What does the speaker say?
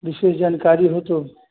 विशेष जानकारी हो तो